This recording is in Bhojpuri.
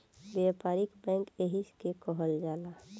व्यापारिक बैंक एही के कहल जाला